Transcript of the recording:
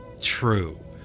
true